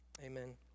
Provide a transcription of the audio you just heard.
Amen